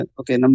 okay